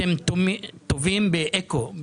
אתם טובים באקו,